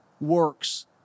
works